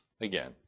again